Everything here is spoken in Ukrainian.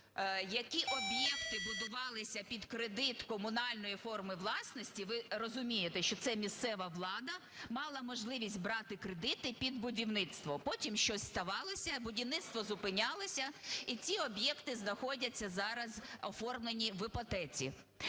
які об'єкти будувалися під кредит комунальної форми власності. Ви розумієте, що це місцева влада мала можливість брати кредити під будівництво. Потім щось ставалася, будівництво зупинялося, і ці об'єкти знаходяться зараз оформлені в іпотеці.